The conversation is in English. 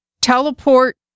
teleport